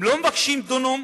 הם לא מבקשים דונם